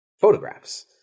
photographs